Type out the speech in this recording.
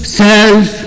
self